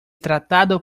tratado